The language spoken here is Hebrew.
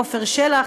עפר שלח,